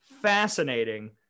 fascinating